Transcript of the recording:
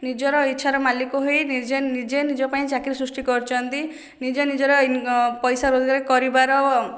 ନିଜର ଇଛା ର ମାଲିକ ହୋଇ ନିଜେ ନିଜେ ନିଜପାଇଁ ଚାକିରୀ ସୃଷ୍ଟି କରିଛନ୍ତି ନିଜେ ନିଜର ପଇସା ରୋଜଗାର କରିବାର